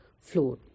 floor